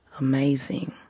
amazing